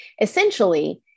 Essentially